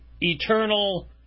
eternal